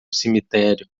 cemitério